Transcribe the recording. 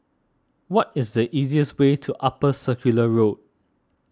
what is the easiest way to Upper Circular Road